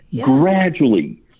Gradually